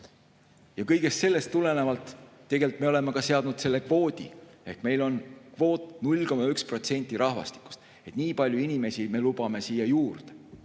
Kõigest sellest tulenevalt tegelikult me olemegi seadnud selle kvoodi ehk meil on kvoot 0,1% rahvastikust. Nii palju inimesi me lubame siia juurde.